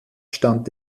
stand